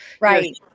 Right